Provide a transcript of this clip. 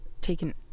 taken